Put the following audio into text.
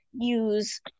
use